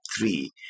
three